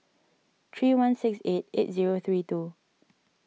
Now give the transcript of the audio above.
three one six eight eight zero three two